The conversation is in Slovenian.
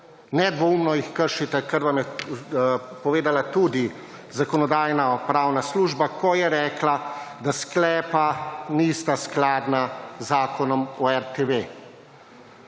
Nedvoumno jih kršite, ker vam je povedala tudi Zakonodajno-pravna služba, ko je rekla, da sklepa niste skladna z Zakonom o RTV.